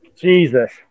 Jesus